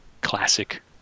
classic